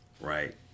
right